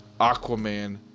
Aquaman